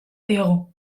diogu